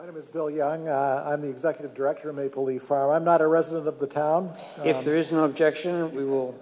my name is bill young i'm the executive director of maple leaf i'm not a resident of the town if there is no objection we will